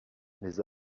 les